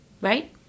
Right